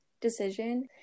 decision